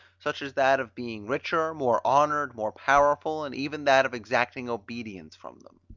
such as that of being richer, more honoured, more powerful, and even that of exacting obedience from them.